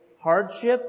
hardship